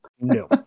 No